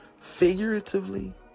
figuratively